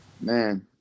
man